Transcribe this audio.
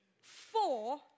four